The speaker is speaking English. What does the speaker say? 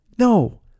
No